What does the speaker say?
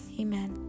Amen